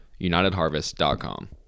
unitedharvest.com